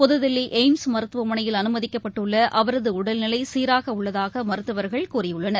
புதுதில்லி AIIMS மருத்துவமனையில் அனுமதிக்கப்பட்டுள்ள அவரது உடல் நிலை சீராக உள்ளதாக மருத்துவர்கள் கூறியுள்ளனர்